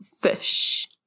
fish